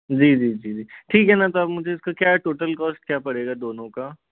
जी जी जी जी ठीक है ना तो आप मुझे इसका क्या है टोटल कॉस्ट क्या पड़ेगा दोनों का